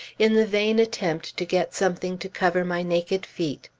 in the vain attempt to get something to cover my naked feet.